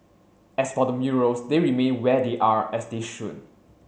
as for the murals they remain where they are as they should